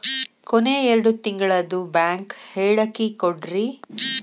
ಕೊನೆ ಎರಡು ತಿಂಗಳದು ಬ್ಯಾಂಕ್ ಹೇಳಕಿ ಕೊಡ್ರಿ